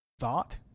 thought